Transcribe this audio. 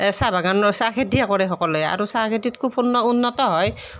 চাহ বাগান চাহ খেতিয়ে কৰে সকলোৱে আৰু চাহ খেতিত খুব উন্নত হয়